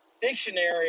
dictionary